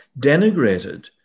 denigrated